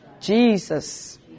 Jesus